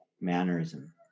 mannerism